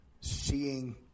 seeing